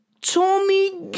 Tommy